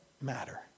matter